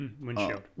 Windshield